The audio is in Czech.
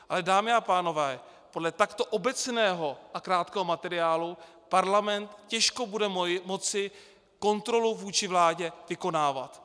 Ale dámy a pánové, podle takto obecného a krátkého materiálu parlament těžko bude moci kontrolu vůči vládě vykonávat.